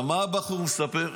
עכשיו, מה הבחור מספר?